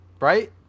Right